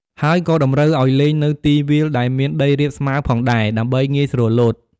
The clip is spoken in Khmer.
ហើយក៏តម្រូវអោយលេងនៅទីវាលដែលមានដីរាបស្មើផងដែរ ដើម្បីងាយស្រួលលោត។